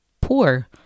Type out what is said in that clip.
poor